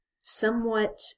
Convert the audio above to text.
somewhat